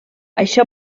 això